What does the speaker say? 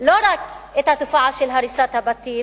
לא רק את התופעה של הריסת הבתים,